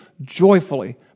joyfully